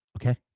Okay